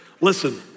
listen